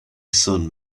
son